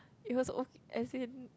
It was o~ as in